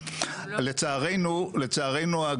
לצערנו,